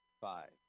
Five